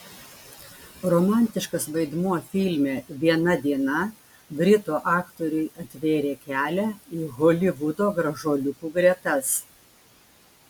romantiškas vaidmuo filme viena diena britų aktoriui atvėrė kelią į holivudo gražuoliukų gretas